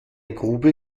grube